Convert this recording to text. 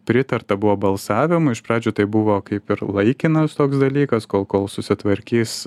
pritarta buvo balsavimui iš pradžių tai buvo kaip ir laikinas toks dalykas kol kol susitvarkys